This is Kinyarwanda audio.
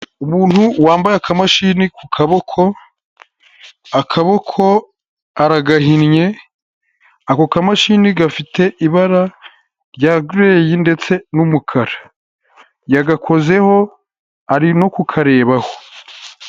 Umuntu wambaye aka mashini ku kaboko, akaboko aragahinnye ako kamashini gafite ibara rya gireyi ndetse n'umukara, yagakozeho arimo kukarebaho.